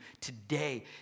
today